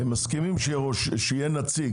הם מסכימים שיהיה נציג.